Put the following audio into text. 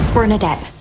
Bernadette